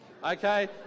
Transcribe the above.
Okay